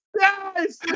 Yes